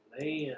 Man